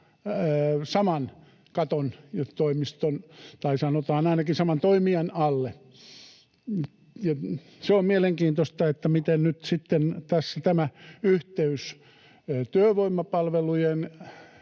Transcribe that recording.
saman katon ja toimiston alle tai, sanotaan, ainakin saman toimijan alle. Se on mielenkiintoista, miten nyt tässä tämä yhteys kuntatasoisten